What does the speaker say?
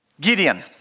Gideon